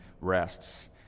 rests